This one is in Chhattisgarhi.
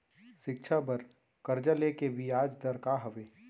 शिक्षा बर कर्जा ले के बियाज दर का हवे?